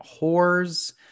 whores